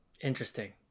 Interesting